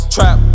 Trap